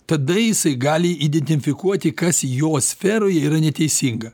tada jisai gali identifikuoti kas jo sferoj yra neteisinga